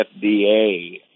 FDA